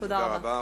תודה רבה.